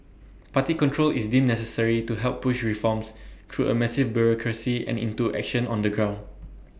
party control is deemed necessary to help push reforms through A massive bureaucracy and into action on the ground